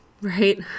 right